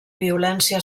violència